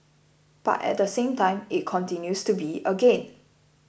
but at the same time it continues to be a gain